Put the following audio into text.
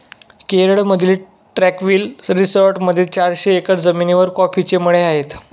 केरळमधील ट्रँक्विल रिसॉर्टमध्ये चारशे एकर जमिनीवर कॉफीचे मळे आहेत